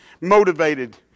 motivated